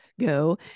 go